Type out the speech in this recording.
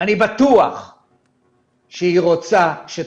אני בטוח שהיא רוצה שתחזרו.